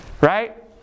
Right